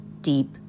deep